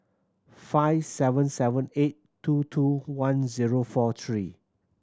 five seven seven eight two two one zero four three